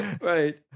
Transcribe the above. right